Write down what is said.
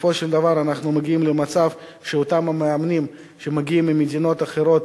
בסופו של דבר אנחנו מגיעים למצב שאותם המאמנים שמגיעים ממדינות אחרות,